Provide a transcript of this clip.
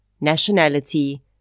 nationality